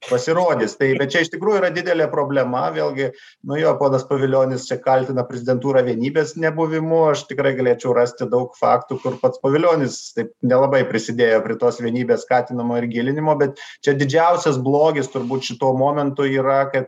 pasirodys tai bet čia iš tikrųjų yra didelė problema vėlgi nu jo ponas pavilionis čia kaltina prezidentūrą vienybės nebuvimu aš tikrai galėčiau rasti daug faktų kur pats povilionis taip nelabai prisidėjo prie tos vienybės skatinimo ir gilinimo bet čia didžiausias blogis turbūt šituo momentu yra kad